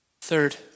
Third